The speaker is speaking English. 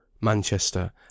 Manchester